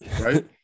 Right